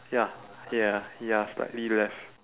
ya ya ya slightly left